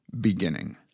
beginning